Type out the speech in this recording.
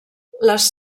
les